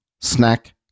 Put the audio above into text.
snack